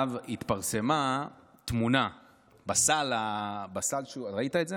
עכשיו, התפרסמה תמונה, ראית את זה?